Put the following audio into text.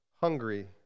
hungry